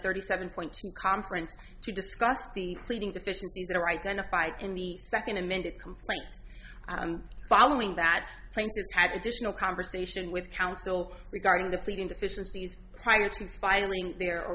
thirty seven point two conference to discuss the pleading deficiencies that are identified in the second amended complaint and following that plane had additional conversation with counsel regarding the pleading deficiencies prior to firing their